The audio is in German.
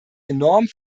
enorm